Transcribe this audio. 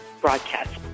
broadcast